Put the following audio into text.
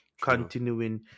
continuing